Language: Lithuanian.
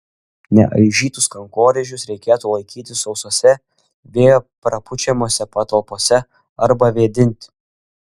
neaižytus kankorėžius reikėtų laikyti sausose vėjo prapučiamose patalpose arba vėdinti